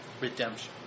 redemption